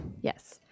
Yes